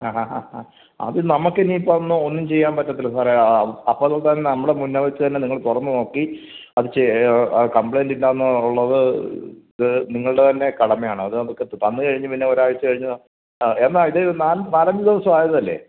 ആ ഹാ ഹാ ആ അത് നമ്മള്ക്ക് ഇനി ഇപ്പോള് ഒന്നും ചെയ്യാൻ പറ്റത്തില്ല സാറേ അപ്പോള്ത്തന്നെ നമ്മുടെ മുന്നെ വച്ച് തന്നെ നിങ്ങള് തുറന്നു നോക്കി അത് ചീ അത് കംപ്ലൈൻറ്റ് ഇല്ലാന്ന് ഉള്ളത് ഇത് നിങ്ങളുടെ തന്നെ കടമയാണ് അത് നമ്മള്ക്ക് തന്നുകഴിഞ്ഞ് പിന്നെ ഒരാഴ്ച കഴിഞ്ഞ് എന്നാ ഇത് നാല് നാലഞ്ച് ദിവസം ആയതല്ലേ